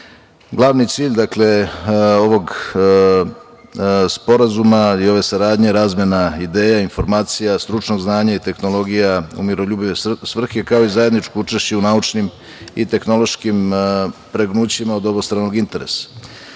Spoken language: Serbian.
svrhe. Glavni cilj ovog Sporazuma i ove saradnje je razmena ideja i informacija, stručnog znanja i tehnologija u miroljubive svrhe, kao i zajedničko učešće u naučnim i tehnološkim pregnućima od obostranog interesa. Sporazum